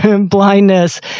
blindness